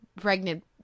pregnant